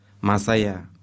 Masaya